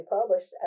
published